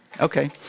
Okay